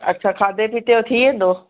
अछा खाधे पीते जो थी वेंदो